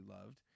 loved